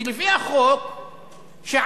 כי לפי החוק שעבר